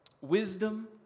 Wisdom